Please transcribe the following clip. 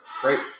great